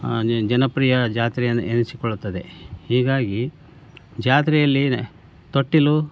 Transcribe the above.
ನಿ ಜನಪ್ರಿಯ ಜಾತ್ರೆ ಎನ್ ಎನಿಸಿಕೊಳ್ಳುತ್ತದೆ ಹೀಗಾಗಿ ಜಾತ್ರೆಯಲ್ಲಿನ ತೊಟ್ಟಿಲು